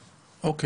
מקודם.